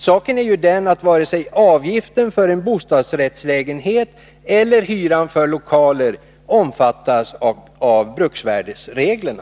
Saken är ju den att varken politiska åtgärder avgifter för bostadsrättslägenheterna eller hyran för lokalerna omfattas av mm.m.